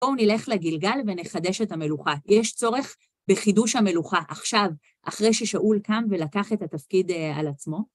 בואו נלך לגלגל ונחדש את המלוכה. יש צורך בחידוש המלוכה עכשיו, אחרי ששאול קם ולקח את התפקיד על עצמו?